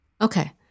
Okay